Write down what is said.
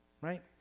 right